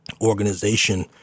organization